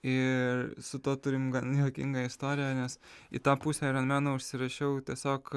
ir su tuo turim gan juokingą istoriją nes į tą pusę aironmeno užsirašiau tiesiog